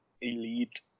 elite